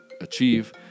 achieve